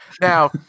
Now